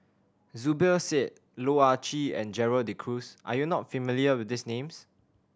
Zubir Said Loh Ah Chee and Gerald De Cruz are you not familiar with these names